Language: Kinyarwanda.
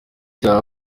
icyaha